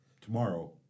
tomorrow